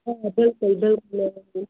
آ بِلکُل بِلکُل